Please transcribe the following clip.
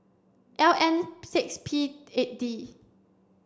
L N six P eight D